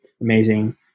amazing